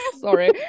Sorry